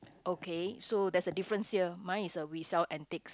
okay so there's a difference here mine is a we sell antiques